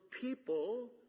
people